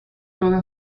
toda